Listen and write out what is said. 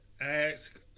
ask